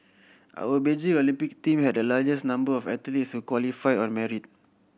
our Beijing Olympic team had the largest number of athletes qualified on merit